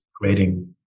creating